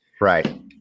Right